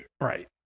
Right